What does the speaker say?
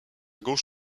gauche